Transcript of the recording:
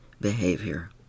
behavior